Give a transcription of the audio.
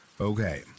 Okay